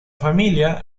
familia